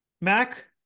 mac